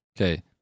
okay